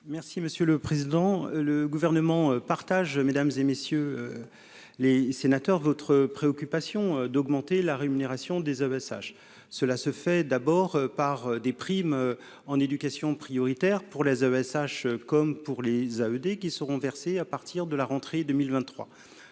Merci monsieur le président, le gouvernement partage mesdames et messieurs les sénateurs, votre préoccupation d'augmenter la rémunération des ESH cela se fait d'abord par des primes en éducation prioritaire pour les AESH, comme pour les ED qui seront versées à partir de la rentrée 2023,